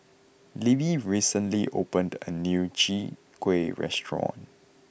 Libbie recently opened a new Chai Kueh Restaurant